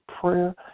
prayer